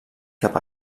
cap